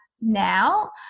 now